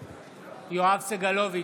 סגלוביץ'